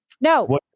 no